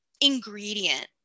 ingredient